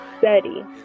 study